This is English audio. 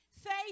Faith